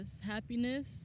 Happiness